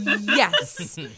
Yes